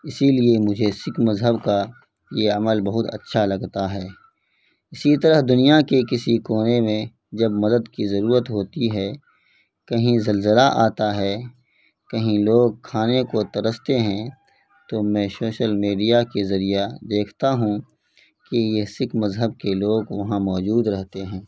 اسی لیے مجھے سکھ مذہب کا یہ عمل بہت اچھا لگتا ہے اسی طرح دنیا کے کسی کونے میں جب مدد کی ضرورت ہوتی ہے کہیں زلزلہ آتا ہے کہیں لوگ کھانے کو ترستے ہیں تو میں شوشل میڈیا کے ذریعہ دیکھتا ہوں کہ یہ سکھ مذہب کے لوگ وہاں موجود رہتے ہیں